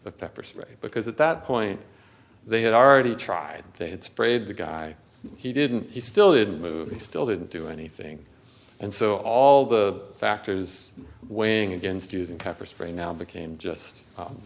of pepper spray because at that point they had already tried they had sprayed the guy he didn't he still didn't move he still didn't do anything and so all the factors weighing against